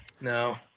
no